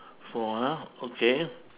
four ah okay